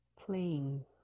playing